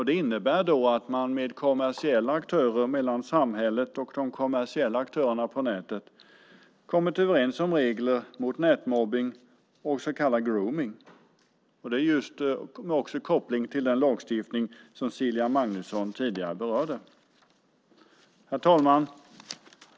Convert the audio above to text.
Det innebär att man mellan samhället och de kommersiella aktörerna på nätet har kommit överens om regler mot nätmobbning och så kallad gromning. Det har koppling till den lagstiftning som Cecilia Magnusson berörde tidigare. Herr talman!